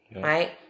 Right